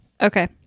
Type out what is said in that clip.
Okay